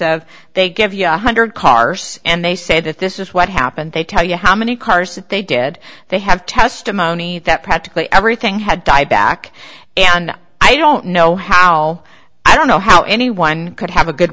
of they give you one hundred cars and they say that this is what happened they tell you how many cars that they did they have testimony that practically everything had died back and i don't know how i don't know how anyone could have a good